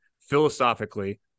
philosophically